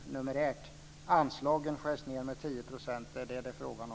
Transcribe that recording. Det är fråga om att anslagen skärs ned med 10 %.